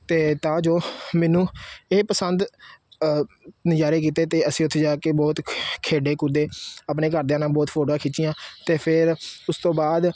ਅਤੇ ਤਾਂ ਜੋ ਮੈਨੂੰ ਇਹ ਪਸੰਦ ਨਜ਼ਾਰੇ ਕੀਤੇ ਅਤੇ ਅਸੀਂ ਉੱਥੇ ਜਾ ਕੇ ਬਹੁਤ ਖੇਡੇ ਕੂਦੇ ਆਪਣੇ ਘਰਦਿਆਂ ਨਾਲ ਬਹੁਤ ਫੋਟੋਆਂ ਖਿੱਚੀਆਂ ਅਤੇ ਫਿਰ ਉਸ ਤੋਂ ਬਾਅਦ